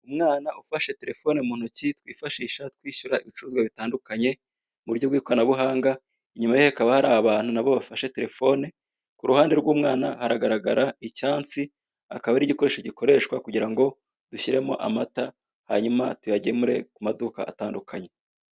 Umwana telefone mu ntoki twifashisha twishyura ibicuruzwa bitandukanye mu buryo bw'ikoranabuhanga, inyuma ye hakaba hari abantu na bo bafashe telefone, ku ruhande rw'umwana haragaragara icyansi akaba ari igikoresho gikoreshwa kugira ngo dushyiremo amata hanyuma tuyagemure mu maduka atandukanye.